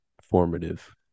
formative